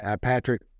Patrick